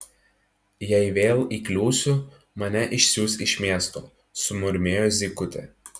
jei vėl įkliūsiu mane išsiųs iš miesto sumurmėjo zykutė